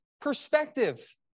perspective